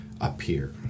appear